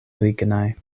lignaj